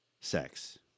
sex